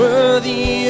Worthy